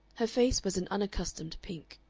her face was an unaccustomed pink.